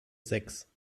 sechs